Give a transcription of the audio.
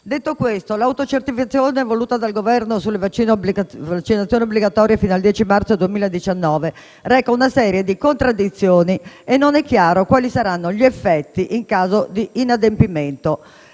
Detto questo, l'autocertificazione voluta dal Governo sulle vaccinazioni obbligatorie fino al 10 marzo 2019 reca una serie di contraddizioni e non è chiaro quali saranno gli effetti in caso di inadempimento.